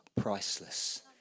priceless